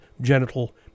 genital